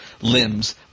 limbs